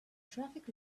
traffic